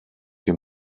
him